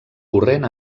corrent